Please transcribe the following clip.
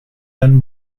done